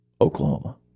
Oklahoma